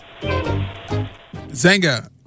Zenga